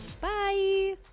Bye